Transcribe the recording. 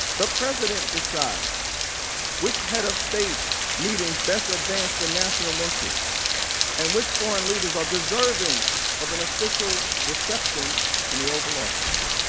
the president decides which head of state meetings best advanced national interest and which foreign leaders are deserving of an official reception in the oval office.